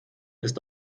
ist